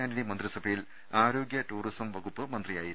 ആന്റണി മന്ത്രിസഭയിൽ ആരോഗൃ ടൂറിസം വകുപ്പ് മന്ത്രിയായിരുന്നു